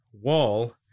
wall